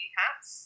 hats